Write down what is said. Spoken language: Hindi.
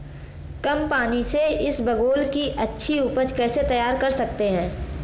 कम पानी से इसबगोल की अच्छी ऊपज कैसे तैयार कर सकते हैं?